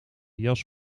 jas